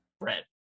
Red